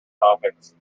topics